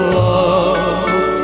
love